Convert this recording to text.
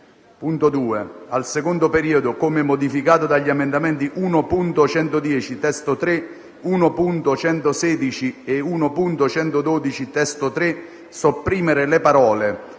2) al secondo periodo, come modificato dagli emendamenti 1.110 (testo 3), 1.116 e 1.112 (testo 3), sopprimere le parole: